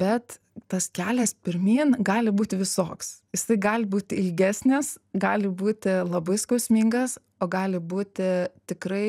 bet tas kelias pirmyn gali būti visoks jisai gali būti ilgesnis gali būti labai skausmingas o gali būti tikrai